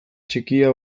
txikia